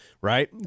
right